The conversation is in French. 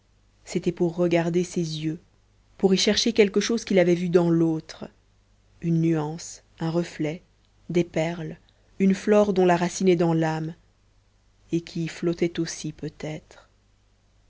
c'était pour regarder ses yeux pour y chercher quelque chose qu'il avait vu dans d'autres une nuance un reflet des perles une flore dont la racine est dans lâme et qui y flottaient aussi peut-être